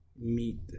meet